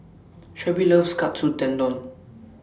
Shelby loves Katsu Tendon